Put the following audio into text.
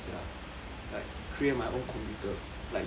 like create my own computer like yours like that